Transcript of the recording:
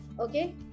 Okay